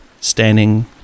standing